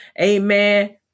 amen